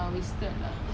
no way